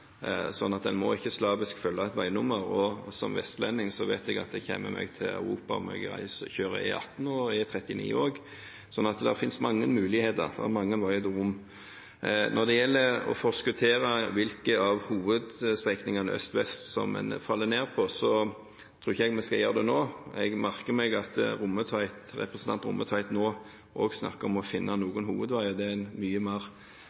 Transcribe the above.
En må ikke slavisk følge et veinummer. Som vestlending vet jeg at jeg kommer meg til Europa om jeg kjører E18 og E39 også. Så det fins mange muligheter – det er mange veier til Rom. Når det gjelder å forskottere hvilke av hovedstrekningene øst–vest som en faller ned på, tror ikke jeg at vi skal gjøre det nå. Jeg merker meg at representanten Rommetveit nå også snakker om å finne noen hovedveier. Det er en mye mer